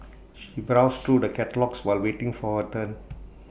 she browsed through the catalogues while waiting for her turn